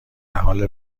حال